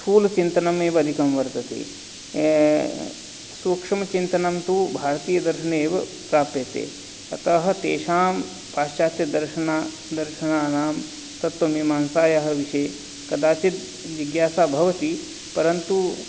स्थूलचिन्तनम् एव अधिकं वर्तते सूक्ष्मचिन्तनं तु भारतीयदर्शने एव प्राप्यते अतः तेषां पाश्चात्य दर्शन दर्शनानां तत्त्वमीमांसायाः विषये कदाचित् जिज्ञासा भवति परन्तु